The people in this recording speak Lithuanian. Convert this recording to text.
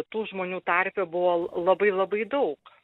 tų žmonių tarpe buvo labai labai daug